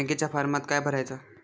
बँकेच्या फारमात काय भरायचा?